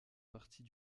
partie